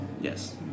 Yes